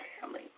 family